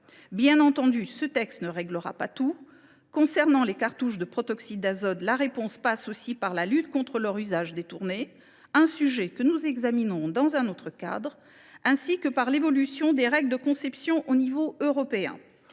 Bien entendu, ce texte ne réglera pas tout. Concernant les cartouches de protoxyde d’azote, la réponse passe aussi par la lutte contre les usages détournés – un sujet que nous examinerons dans un autre cadre –, ainsi que par l’évolution des règles de conception au niveau européen.